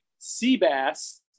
seabass